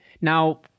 Now